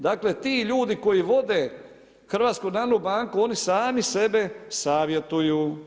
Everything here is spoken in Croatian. Dakle ti ljudi koji vode Hrvatsku narodnu banku oni sami sebe savjetuju.